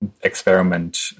experiment